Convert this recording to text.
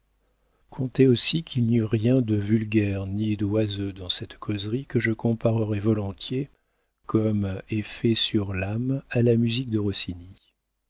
comptez aussi qu'il n'y eut rien de vulgaire ni d'oiseux dans cette causerie que je comparerais volontiers comme effet sur l'âme à la musique de rossini